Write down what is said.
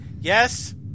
Yes